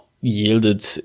yielded